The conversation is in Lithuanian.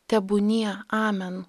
tebūnie amen